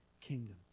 kingdom